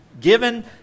given